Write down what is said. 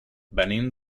venim